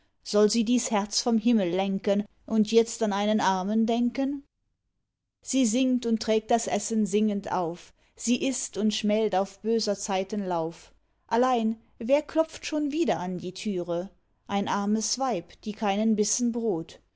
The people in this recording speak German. soll sie dies herz vom himmel lenken und itzt an einen armen denken sie singt und trägt das essen singend auf sie ißt und schmält auf böser zeiten lauf allein wer klopft schon wieder an die türe ein armes weib die keinen bissen brot geht